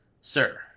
Sir